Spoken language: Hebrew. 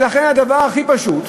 ולכן הדבר הכי פשוט,